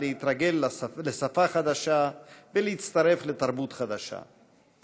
להתרגל לשפה חדשה ולהצטרף לתרבות חדשה.